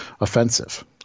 offensive